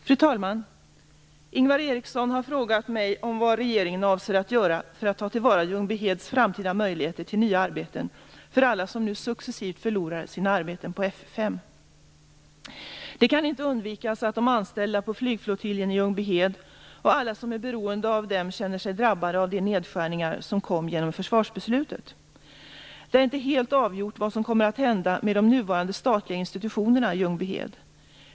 Fru talman! Ingvar Eriksson har frågat mig om vad regeringen avser att göra för att ta till vara Ljungbyheds framtida möjligheter till nya arbeten för alla som nu successivt förlorar sina arbeten på F 5. Det kan inte undvikas att de anställda på flygflottiljen i Ljungbyhed och alla som är beroende av dem känner sig drabbade av de nedskärningar som kom genom försvarsbeslutet. Det är inte helt avgjort vad som kommer att hända med de nuvarande statliga institutionerna i Ljungbyhed.